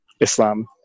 Islam